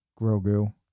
Grogu